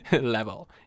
level